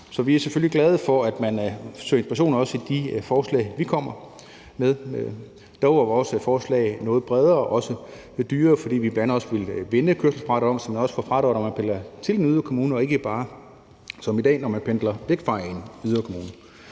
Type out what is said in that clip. så vi er selvfølgelig glade for, at man har søgt inspiration også i de forslag, vi kommer med. Dog er vores forslag noget bredere og også lidt dyrere, fordi vi bl.a. også vil vende kørselsfradraget, så man også får fradrag, når man pendler til en yderkommune, og ikke bare som i dag, når man pendler væk fra en yderkommune.